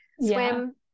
swim